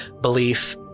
belief